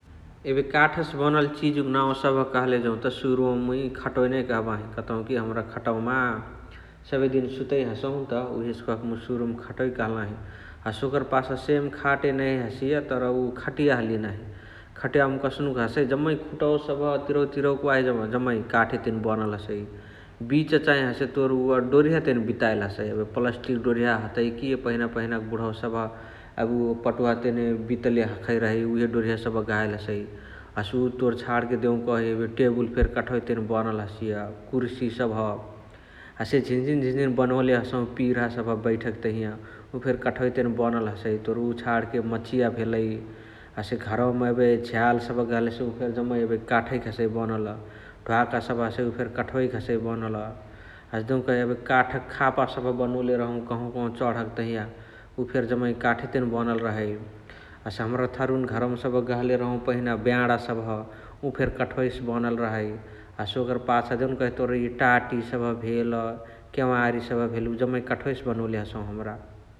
एबे काथसे बनल चिजुक नाउ कहले जौत सुरुमा मुइ खतवा नै कहबाही । कतौकी हमरा खतवमा सबेदिन सुतइ हसहुनत उहेसे कहके मुइ सुरुमा खटवै कहलाही । हसे ओकरा पाछ सेम खाते नहिया हसिय तर उअ खटिय हलिय नाही । खटियावमा कसनुक हसइ जम्मा खुटवा सबह तिरवक तिरवक वाही सबह जाममे काठे तेने बनल हसइ । बिच चाइ हसे तोर उअ डोरिहा तेने बिताइल हसै एबे प्लस्तिक डोरिहा हतै कि पहिनक बहिनक बुण्हवा सबह एबे उअ पटुहा तेने बितले हखै रहै उहे डोरिहा सबह गहाइल हसइ । हसे उअ तोर छणके देउकही एबे टेबुल फेरी कठवै तेने बनल हसिय कुर्सी सबह । हसे झिन झिनी बनोले हसहु पिर्हा सबह बैठके तहिया उ फेरी कठवै तेने बनल हसइ । तोर उअ छाणके मचिया भेलइ । हसे घरवमा एबे झ्याल सबह गहले हसहु उ फेरी जम्मा एबे काठैक हसइ बनल । ध्वाका सबह हसइ उ फेरी कठ्वैक हसइ बनल । हसे देउकही काठक खापा सबह बनले रहौ कहाँवा कहाँवा चण्हके तहिया उ फेरी जाममे काठे तेने बनल रहइ । हसे हमरा थारुन घरमवमा सबह गहले रहहु पहिना ब्याणा सबह उ फेरी कठवैसे बनल रहइ । हसे ओकर पाछा देउकही तोर इ टाटी सबह भेल केवारी सबह भेल उ जाममे काठवैसे बनोले हसहु हमरा ।